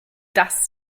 das